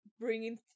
Bringing